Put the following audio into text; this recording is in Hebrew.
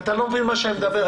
אתה לא מבין מה אני אומר.